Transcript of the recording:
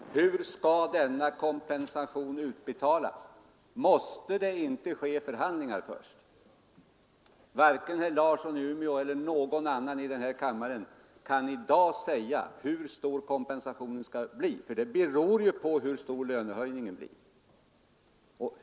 Herr talman! Ja men, herr Larsson i Umeå, hur skall denna kompensation utbetalas? Måste det inte ske förhandlingar först? Varken herr Larsson i Umeå eller någon annan i denna kammare kan i dag säga hur stor kompensationen skall bli, för det beror på hur stor lönehöjningen blir.